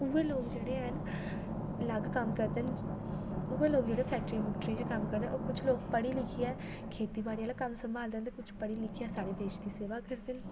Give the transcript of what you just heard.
उ'ऐ लोग जेह्ड़े हैन अलग कम्म करदे न उ'ऐ लोग जेह्ड़े फैक्ट्री फुक्ट्रियें च कम्म करदे न होर कुछ लोग पढ़ी लिखियै खेतीबाड़ी आह्ला काम संभालदे न ते कुछ पढ़ी लिखियै साढ़े देश दी सेवा करदे न